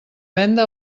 venda